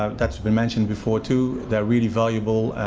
um that's been mentioned before too, they're really valuable,